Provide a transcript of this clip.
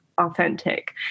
authentic